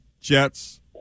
Jets